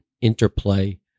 interplay